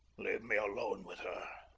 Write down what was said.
leave me alone with her.